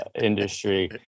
industry